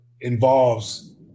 involves